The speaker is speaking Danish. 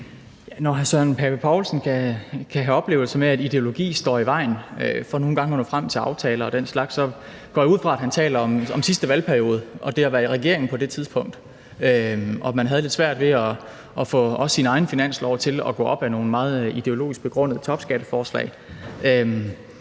hr. Søren Pape Poulsen kan have oplevelser med, at ideologi står i vejen for nogle gange at kunne nå frem til aftaler og den slags, går jeg ud fra, at han taler om den sidste valgperiode og det at være i regering på det tidspunkt. Da havde man lidt svært ved også at få sin egen finanslov til at gå op på grund af nogle meget ideologisk begrundede af topskatforslag.